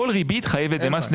כל ריבית חייבת במס.